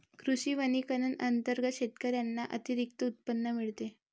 कृषी वनीकरण अंतर्गत शेतकऱ्यांना अतिरिक्त उत्पन्न मिळते